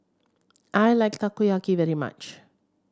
I like Takoyaki very much